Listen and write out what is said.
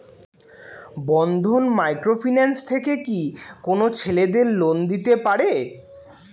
বন্ধন micro finance থেকে কি কোন ছেলেদের লোন দিতে পারে?